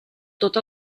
tot